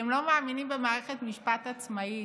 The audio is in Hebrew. אתם לא מאמינים במערכת משפט עצמאית.